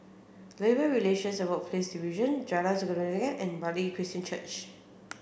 Labour Relations and Workplace Division Jalan Sikudangan and Bartley Christian Church